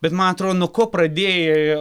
bet man atrodo nuo ko pradėjo